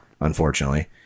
unfortunately